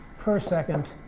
per second